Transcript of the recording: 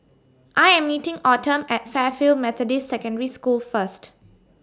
I Am meeting Autumn At Fairfield Methodist Secondary School First